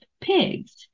pigs